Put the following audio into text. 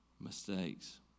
mistakes